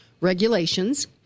Regulations